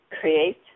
Create